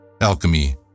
Alchemy